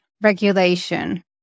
regulation